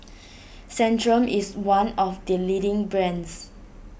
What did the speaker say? Centrum is one of the leading brands